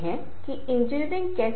यही मैं करना चाहूंगा